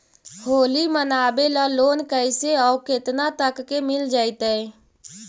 होली मनाबे ल लोन कैसे औ केतना तक के मिल जैतै?